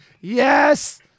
Yes